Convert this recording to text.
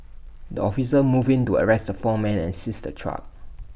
the officers moved in to arrest the four men and seize the truck